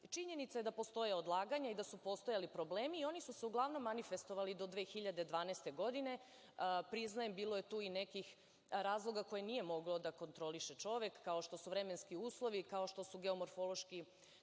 Činjenica je da postoje odlaganja i da su postojali problemi. Oni su se uglavnom manifestovali do 2012. godine, priznajem bilo je tu i nekih razloga koje nije mogao da kontroliše čovek, kao što su vremenski uslovi, kao što su geomorfološke